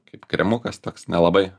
kaip kremukas toks nelabai